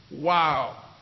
Wow